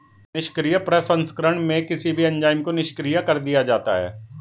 निष्क्रिय प्रसंस्करण में किसी भी एंजाइम को निष्क्रिय कर दिया जाता है